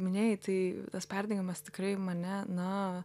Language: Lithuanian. minėjai tai tas perdegimas tikrai mane na